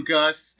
Gus